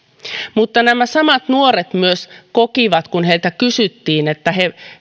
mutta nämä samat nuoret kokivat myös kun heiltä kysyttiin että